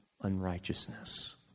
unrighteousness